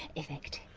effect.